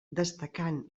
destacant